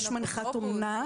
יש מנחת אומנה.